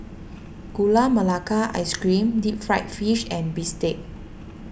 Gula Melaka Ice Cream Deep Fried Fish and Bistake